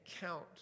count